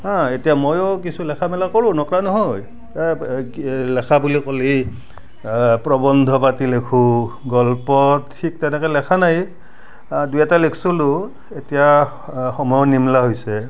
হা এতিয়া মইও কিছু লেখা মেলা কৰোঁ নকৰা নহয় লেখা বুলি ক'লেই প্ৰবন্ধ পাতি লিখোঁ গল্প ঠিক তেনেকৈ লেখা নাই আ দুই এটা লিখিছিলোঁ এতিয়া সময়ো নিমিলা হৈছে